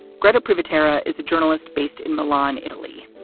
gretta privat terra is a journalist based in milan, italy.